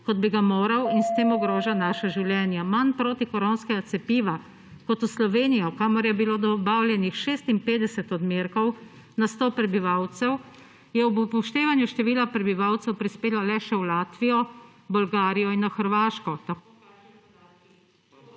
kot bi ga moral in s tem ogroža naša življenja. Manj protikoronskega cepiva kot v Slovenijo kamor je bilo dobavljenih 56 odmerkov na 100 prebivalcev je ob upoštevanju števila prebivalcev prispelo le še v Latvijo, Bolgarijo in na Hrvaško…